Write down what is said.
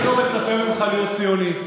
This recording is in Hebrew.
אני לא מצפה ממך להיות ציוני.